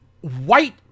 White